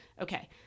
Okay